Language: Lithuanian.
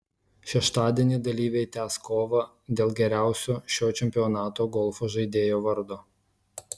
šeštadienį dalyviai tęs kovą dėl geriausio šio čempionato golfo žaidėjo vardo